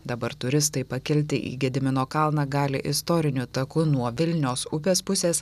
dabar turistai pakelti į gedimino kalną gali istoriniu taku nuo vilnios upės pusės